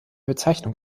bezeichnung